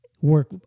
work